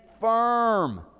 firm